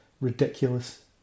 ridiculous